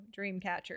Dreamcatcher